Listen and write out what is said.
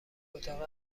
اتاق